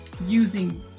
using